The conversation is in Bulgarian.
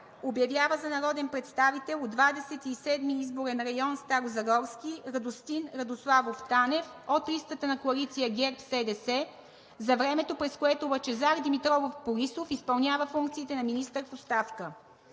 „Обявява за народен представител от Двадесет и седми изборен район – Старозагорски, Радостин Радославов Танев, с ЕГН …, от листата на коалиция ГЕРБ-СДС, за времето, през което Лъчезар Димитров Борисов изпълнява функциите на министър в оставка.“